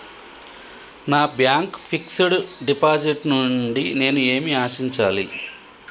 నా bank fixed deposit నుండి నేను ఏమి ఆశించాలి?